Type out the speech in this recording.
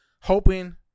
hoping